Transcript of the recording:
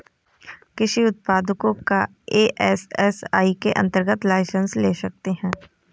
कृषि उत्पादों का एफ.ए.एस.एस.आई के अंतर्गत लाइसेंस ले सकते हैं